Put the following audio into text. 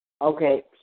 Okay